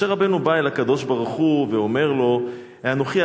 משה רבנו בא אל הקדוש-ברוך-הוא ואומר לו: "האנכי